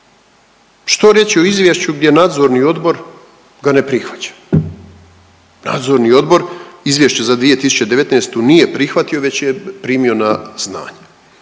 Što reći o izvješću gdje nadzorni odbor ga ne prihvaća? Nadzorni odbor Izvješće za 2019. nije prihvatio već je primio na znanje.